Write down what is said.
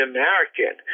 American